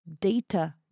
data